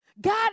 God